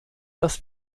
dass